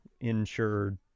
insured